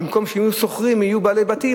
ובמקום שיהיו שוכרים יהיו בעלי בתים,